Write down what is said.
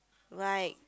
like